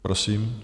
Prosím.